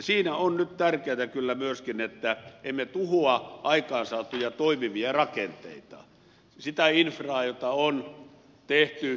siinä on nyt tärkeätä kyllä myöskin että emme tuhoa aikaansaatuja toimivia rakenteita sitä infraa jota on tehty